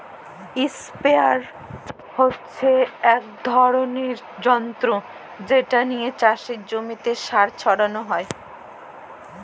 ইসপেরেয়ার হচ্যে এক ধরলের যন্তর যেট লিয়ে চাসের জমিতে সার ছড়ালো হয়